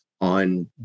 on